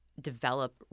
develop